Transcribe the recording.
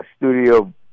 studio